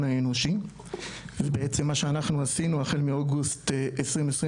האנושי ובעצם מה שאנחנו עשינו החל מאוגוסט 2021,